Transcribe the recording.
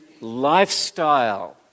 lifestyle